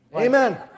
Amen